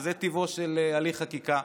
וזה טבעו של הליך חקיקה.